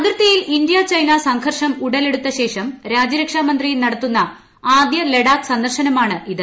അതിർത്തിയിൽ India China സംഘർഷ്ക ഉടലെടുത്ത ശേഷം രാജ്യരക്ഷാമന്ത്രി നടത്തുന്ന ആദ്യ ലഡാക്ക് സന്ദർശനമാണിത്